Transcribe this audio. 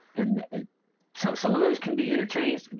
and ah so some of those can be interchanged,